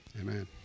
Amen